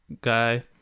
guy